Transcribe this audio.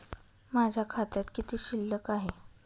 माझ्या खात्यात किती शिल्लक आहे?